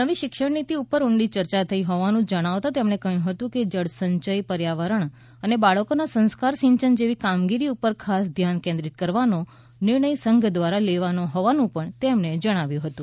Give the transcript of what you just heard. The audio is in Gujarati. નવી શિક્ષણ નીતિ ઉપર ઊંડી ચર્ચા થઈ હોવાનું જણાવતા તેમણે કહ્યું હતું કે જળ સંચય પર્યાવરણ અને બાળકોના સંસ્કાર સિંચન જેવી કામગીરી ઉપર ખાસ ધ્યાન કેન્દ્રિત કરવાનો નિર્ણય સંઘ દ્વારા લેવાયો હોવાનું પણ તેમણે જણાવ્યુ હતું